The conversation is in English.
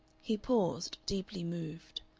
he paused, deeply moved.